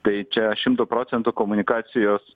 tai čia šimtu procentų komunikacijos